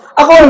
ako